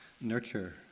nurture